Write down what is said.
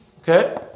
Okay